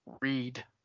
read